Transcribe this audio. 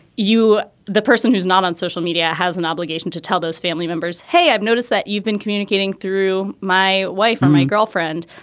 you the person who's not on social media has an obligation to tell those family members, hey, i've noticed that you've been communicating through my wife or my girlfriend.